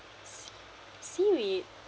s~ seaweed